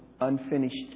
unfinished